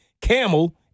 Camel